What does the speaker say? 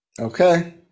Okay